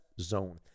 zone